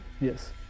Yes